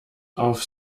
auf